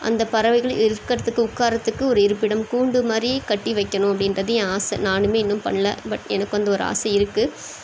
அந்த பறவைகள் இருக்கிறதுக்கு உட்காறதுக்கு ஒரு இருப்பிடம் கூண்டுமாதிரி கட்டி வைக்கணும் அப்படின்றது என் ஆசை நானுமே இன்னும் பண்ணல பட் எனக்கு அந்த ஒரு ஆசை இருக்குது